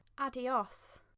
Adios